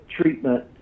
treatment